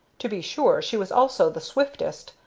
to be sure, she was also the swiftest,